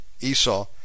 Esau